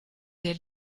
der